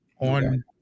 on